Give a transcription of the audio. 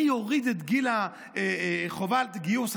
אני אוריד את גיל חובת הגיוס.